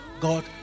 God